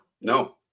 no